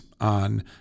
on